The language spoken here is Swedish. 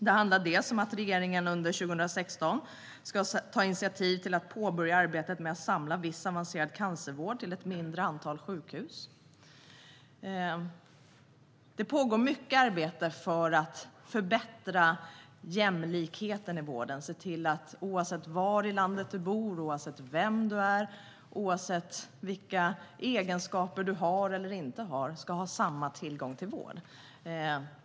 Det handlar bland annat om att regeringen under 2016 ska ta initiativ till att påbörja arbetet med att samla viss avancerad cancervård till ett mindre antal sjukhus. Det pågår mycket arbete för att förbättra jämlikheten i vården. Oavsett var i landet man bor, oavsett vem man är och oavsett vilka egenskaper man har eller inte har ska man ha samma tillgång till vård.